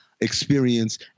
experience